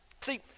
See